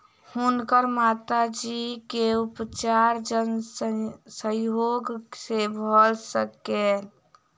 हुनकर माता जी के उपचार जन सहयोग से भ सकलैन